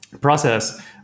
process